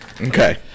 Okay